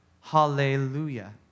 hallelujah